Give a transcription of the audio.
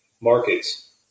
markets